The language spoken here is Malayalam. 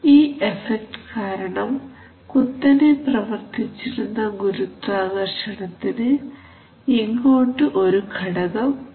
ഈ എഫക്ട് കാരണം കുത്തനെ പ്രവർത്തിച്ചിരുന്ന ഗുരുത്വാകർഷണത്തിന് ഇങ്ങോട്ട് ഒരു ഘടകം ഉണ്ടായിരിക്കുന്നു